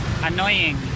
Annoying